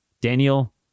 Daniel